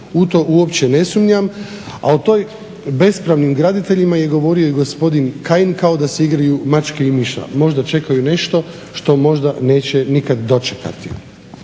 u to uopće ne sumnjam. A o tim bespravnim graditeljima je govorio i gospodin Kajin kao da se igraju mačke i miša, možda čekaju nešto što možda neće nikad dočekati.